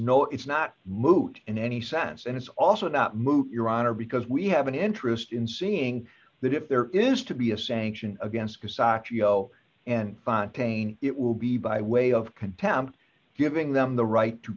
no it's not moot in any sense and it's also not moot your honor because we have an interest in seeing that if there is to be a sanction against go and pain it will be by way of contempt giving them the right to